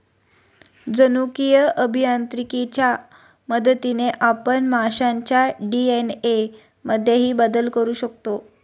जनुकीय अभियांत्रिकीच्या मदतीने आपण माशांच्या डी.एन.ए मध्येही बदल करू शकतो